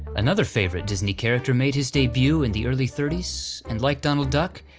another favorite disney character made his debut in the early thirty s, and like donald duck,